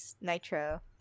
Nitro